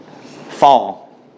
fall